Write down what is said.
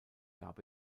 gab